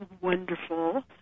wonderful